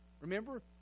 Remember